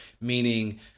meaning